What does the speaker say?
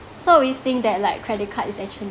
so always think that like credit card is actually